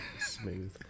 smooth